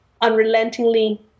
unrelentingly